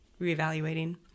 reevaluating